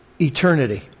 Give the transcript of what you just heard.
Eternity